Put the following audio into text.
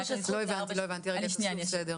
לא הבנתי, רגע תעשו לי פה סדר.